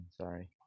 Sorry